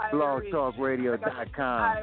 BlogTalkRadio.com